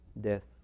death